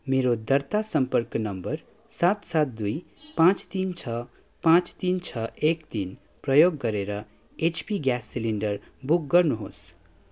मेरो दर्ता सम्पर्क नम्बर सात सात दुई पाँच तिन छ पाँच तिन छ एक तिन प्रयोग गरेर एचपी ग्यास सिलिन्डर बुक गर्नुहोस्